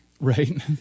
Right